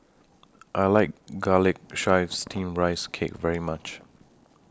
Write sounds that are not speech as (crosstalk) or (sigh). I like Garlic Chives Steamed Rice (noise) Cake very much